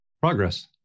Progress